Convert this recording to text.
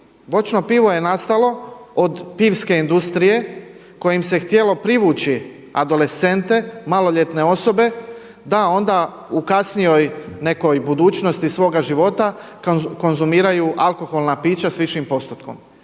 Voćno pivo je nastalo od pivske industrije kojim se htjelo privući adolescente, maloljetne osobe da onda u kasnijoj nekoj budućnosti svoga života konzumiraju alkoholna pića s višim postotkom.